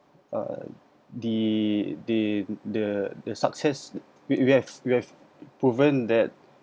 uh the the the the success we have we have proven that